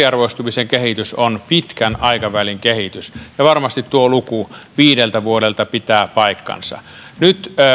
eriarvoistumisen kehitys on pitkän aikavälin kehitys ja varmasti tuo luku viideltä vuodelta pitää paikkansa nyt